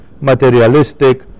materialistic